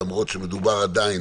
למרות שמדובר עדיין,